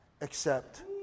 accept